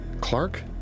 Clark